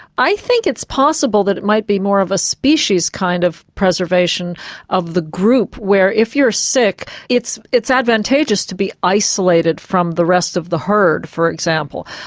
i think it's possible that it might be more of a species kind of preservation of the group where if you're sick it's it's advantageous to be isolated from the rest of the herd for example.